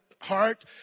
heart